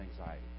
anxiety